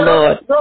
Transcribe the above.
Lord